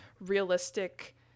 realistic